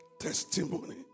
testimony